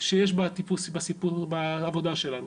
שיש בעבודה שלנו.